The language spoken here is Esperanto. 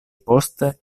poste